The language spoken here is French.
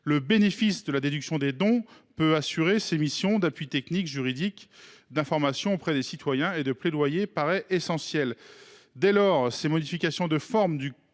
le bénéfice de la déduction des dons pour assurer ces missions d’appui technique, juridique, d’information auprès des citoyens et de plaidoyer paraît essentiel. Ces modifications de forme du code